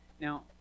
Now